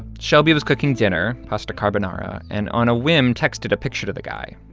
shelby was cooking dinner pasta carbonara and, on a whim, texted a picture to the guy,